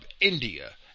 India